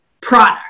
product